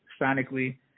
sonically